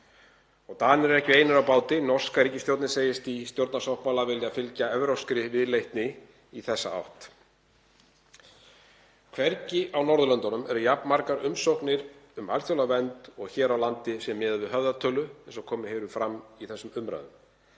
Danir eru ekki einir á báti, norska ríkisstjórnin segist í stjórnarsáttmála vilja fylgja evrópskri viðleitni í þessa átt. Hvergi á Norðurlöndunum eru jafn margar umsóknir um alþjóðlega vernd og hér á landi sé miðað við höfðatölu eins og komið hefur fram í þessum umræðum.